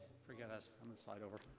forgive us. i'm gonna slide over.